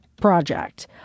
project